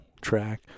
track